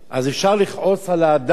אז אפשר לכעוס על האדם,